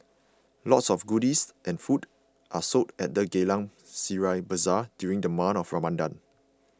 lots of goodies and food are sold at the Geylang Serai Bazaar during the month of Ramadan